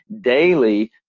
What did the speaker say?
daily